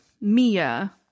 mia